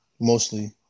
mostly